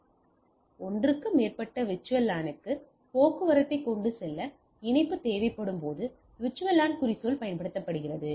எனவே ஒன்றுக்கு மேற்பட்ட VLAN க்கு போக்குவரத்தை கொண்டு செல்ல இணைப்பு தேவைப்படும்போது VLAN குறிச்சொல் பயன்படுத்தப்படுகிறது